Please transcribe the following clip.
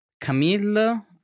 Camille